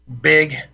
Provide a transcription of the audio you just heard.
big –